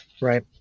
right